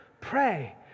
pray